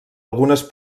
algunes